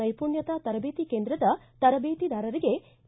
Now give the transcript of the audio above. ನೈಪುಣ್ಣತಾ ತರಬೇತಿ ಕೇಂದ್ರದ ತರಬೇತಿದಾರರಿಗೆ ಇ